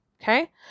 Okay